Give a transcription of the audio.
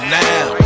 now